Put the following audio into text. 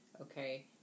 okay